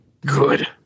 Good